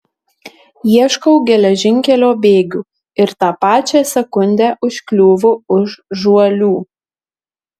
ieškau geležinkelio bėgių ir tą pačią sekundę užkliūvu už žuolių